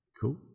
Cool